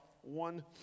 one